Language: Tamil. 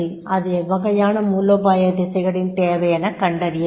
அது எவ்வகையான மூலோபாய திசைகளின் தேவை எனக் கண்டறியவேண்டும்